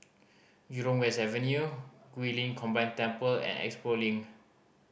Jurong West Avenue Guilin Combined Temple and Expo Link